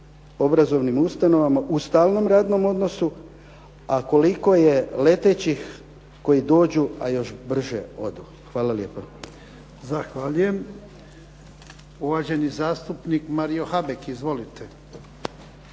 obrazovnim ustanovama u stalnom radnom odnosu, a koliko je letećih koji dođu, a još brže odu. Hvala lijepa. **Jarnjak, Ivan (HDZ)** Zahvaljujem. Uvaženi zastupnik Mario Habek. Izvolite.